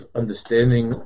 understanding